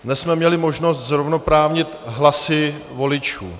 Dnes jsme měli možnost zrovnoprávnit hlasy voličů.